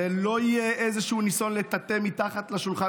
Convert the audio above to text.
ולא יהיה איזשהו ניסיון לטאטא מתחת לשולחן,